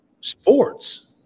sports